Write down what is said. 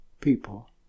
people